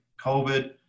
COVID